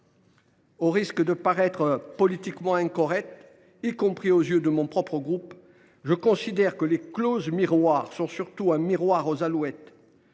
Au risque de paraître politiquement incorrect, y compris aux yeux des membres de mon propre groupe, je considère que les clauses miroirs sont surtout un miroir aux alouettes